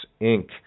Inc